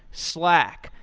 slack,